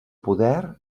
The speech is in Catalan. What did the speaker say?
poder